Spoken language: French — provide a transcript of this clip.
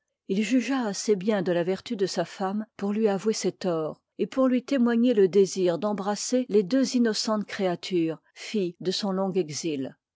il jugea assez bien de la vertu de sa femme pour lui avouer ses torts et pour lui témoigner le désir d'embrasser les deux innocentes créatures fdles de son long exil